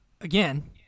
Again